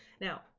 Now